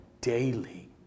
daily